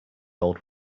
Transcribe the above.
old